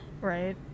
right